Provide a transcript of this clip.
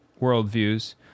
worldviews